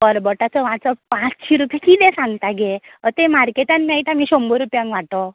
करबटाचो वांटो पांचशीं रुपया कितें सांगता गे अथंय मारकेटान मेळटा मगे शंबर रुप्यांक वाटो